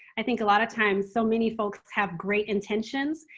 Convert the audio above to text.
i think a lot of times so many folks have great intentions.